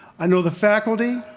i know the faculty,